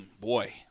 Boy